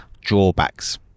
drawbacks